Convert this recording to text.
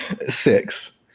Six